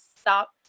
stop